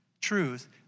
truth